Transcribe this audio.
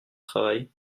travail